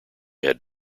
had